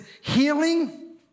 healing